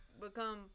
become